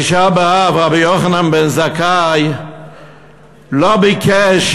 בתשעה באב רבן יוחנן בן זכאי לא ביקש